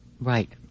Right